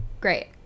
great